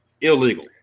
Illegal